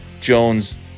Jones